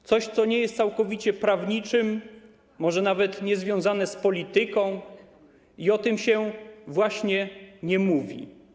Jest coś, co nie jest całkowicie prawnicze, może nawet jest niezwiązane z polityką, i o tym się właśnie nie mówi.